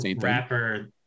rapper